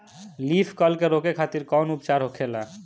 Leaf curl के रोके खातिर कउन उपचार होखेला?